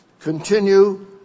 continue